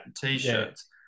T-shirts